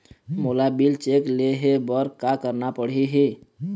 मोला bill check ले हे बर का करना पड़ही ही?